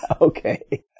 Okay